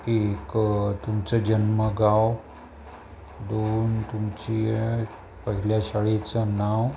एक तुमचं जन्मगाव दोन तुमची पहिल्या शाळेचं नाव